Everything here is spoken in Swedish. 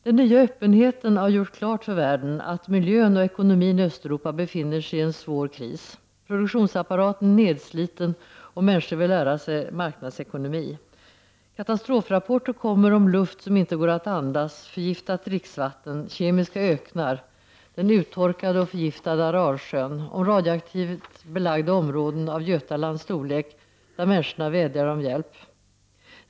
Den nya öppenheten har gjort klart för världen att miljön och ekonomin i Östeuropa befinner sig i en svår kris. Produktionsapparaten är nedsliten, och männniskor vill lära sig marknadssekonomi. Katastrofrapporter kommer om luft som inte går att andas, förgiftat dricksvatten, kemiska öknar, den uttorkade och förgiftade Aralsjön, och radioaktivt belagda områden av Götalands storlek där människorna vädjar om hjälp.